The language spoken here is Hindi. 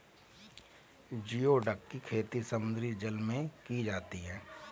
जिओडक की खेती समुद्री जल में की जाती है